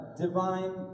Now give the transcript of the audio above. Divine